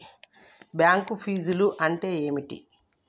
Bank ఫీజ్లు అంటే ఏమిటి?